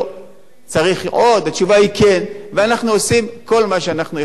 ואנחנו עושים כל מה שאנחנו יכולים כדי לצמצם את זה.